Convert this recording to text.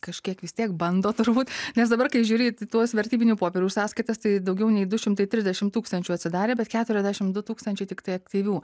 kažkiek vis tiek bando turbūt nes dabar kai žiūri į tuos vertybinių popierių sąskaitas tai daugiau nei du šimtai trisdešim tūkstančių atsidarę bet keturiasdešim du tūkstančiai tiktai aktyvių